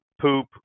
poop